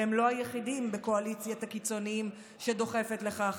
והם לא היחידים בקואליציית הקיצוניים שדוחפת לכך.